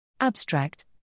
Abstract